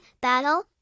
battle